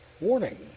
warning